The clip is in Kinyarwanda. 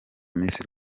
miss